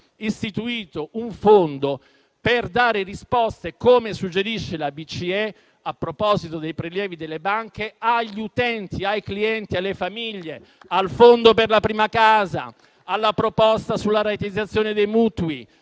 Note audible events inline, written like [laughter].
istituito un fondo per dare risposte, come suggerisce la BCE a proposito dei prelievi delle banche, agli utenti, ai clienti, alle famiglie, [applause] al fondo per la prima casa, alla proposta sulla rateizzazione dei mutui,